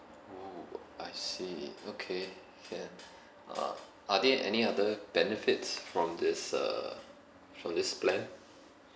!woo! I see okay can uh are there any other benefits from this uh from this plan